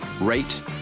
rate